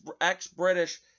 ex-British